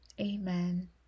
Amen